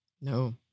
No